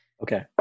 okay